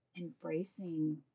embracing